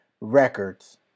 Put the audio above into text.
records